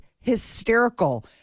hysterical